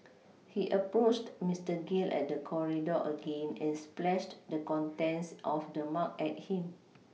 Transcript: he approached Mister Gill at the corridor again and splashed the contents of the mug at him